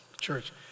Church